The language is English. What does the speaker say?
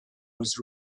was